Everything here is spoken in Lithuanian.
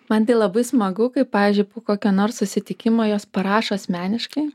man tai labai smagu kai pavyzdžiui po kokio nors susitikimo jos parašo asmeniškai